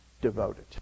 devoted